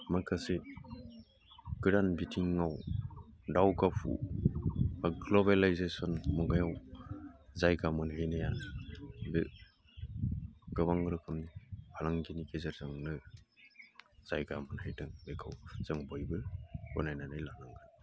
माखासे गोदान बिथिङाव दावगाफु बा ग्ल'बेलाइजेसन मुगायाव जायगा मोनहैनायाबो गोबां रोखोमनि फालांगिनि गेजेरजोंनो जायगा मोनहैदों बेखौ जों बयबो गनायनानै लानांगोन